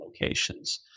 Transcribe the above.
locations